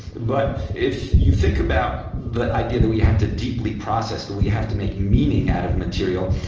but if you think about the idea that we have to deeply process, that we have to make meaning out of material,